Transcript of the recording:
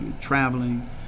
traveling